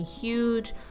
huge